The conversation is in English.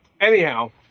anyhow